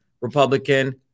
Republican